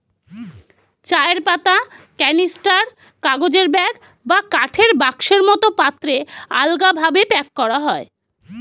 চায়ের পাতা ক্যানিস্টার, কাগজের ব্যাগ বা কাঠের বাক্সের মতো পাত্রে আলগাভাবে প্যাক করা হয়